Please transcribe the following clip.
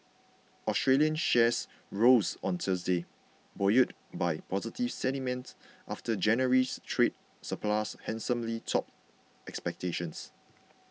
Australian shares rose on Thursday buoyed by positive sentiment after January's trade surplus handsomely topped expectations